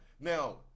Now